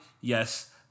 yes